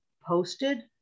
posted